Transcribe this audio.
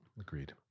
agreed